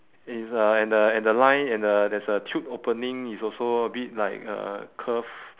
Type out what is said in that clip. it's uh and the and the line and the there's a chute opening is also a bit like a curve